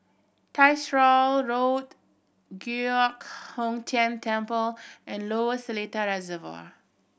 Tyersall Road Giok Hong Tian Temple and Lower Seletar Reservoir